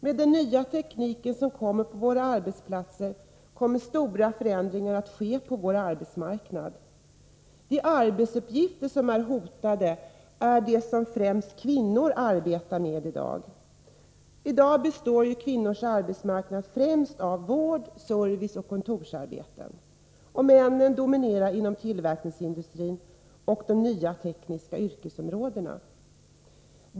Med den nya teknik som införs på våra arbetsplatser kommer stora förändringar att ske på arbetsmarknaden. De arbetsuppgifter som är hotade är de som framför allt kvinnor i dag utför. F.n. består kvinnors arbetsmarknad främst av vård-, serviceoch kontorsarbeten. Männen dominerar inom tillverkningsindustrin och de nya tekniska yrkesområdena.